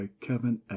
kevin